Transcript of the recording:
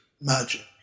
magic